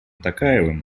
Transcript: токаевым